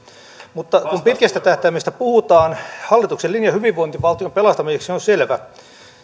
mutta kun pitkästä tähtäimestä puhutaan hallituksen linja hyvinvointivaltion pelastamiseksi on selvä